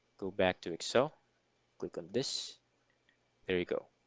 go back to excel click on this there you go